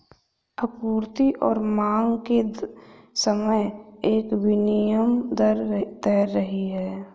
आपूर्ति और मांग के समय एक विनिमय दर तैर रही है